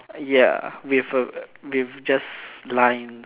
ya with uh with just lines